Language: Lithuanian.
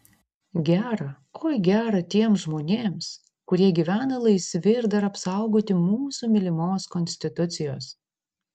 gera oi gera tiems žmonėms kurie gyvena laisvi ir dar apsaugoti mūsų mylimos konstitucijos